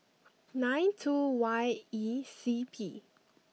nine two Y E C P